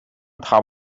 top